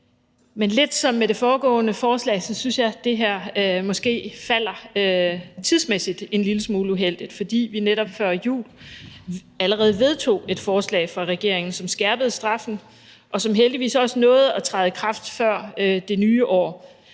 men lidt som med det foregående forslag synes jeg måske, at det her falder tidsmæssigt en lille smule uheldigt, fordi vi netop før jul vedtog et forslag fra regeringen, som skærpede straffen, og som heldigvis også nåede at træde i kraft før det nye år.